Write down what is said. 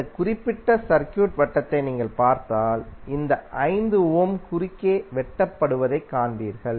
இந்த குறிப்பிட்ட சர்க்யூட் வட்டத்தை நீங்கள் பார்த்தால் இந்த 5 ஓம் குறுக்கே வெட்டப்படுவதைக் காண்பீர்கள்